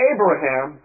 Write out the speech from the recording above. Abraham